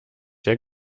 der